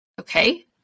okay